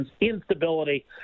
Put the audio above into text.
instability